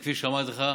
וכפי שאמרתי לך,